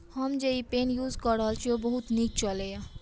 हम जे ई पेन यूज कऽ रहल छी ओ बहुत नीक चलैये